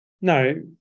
No